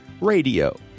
Radio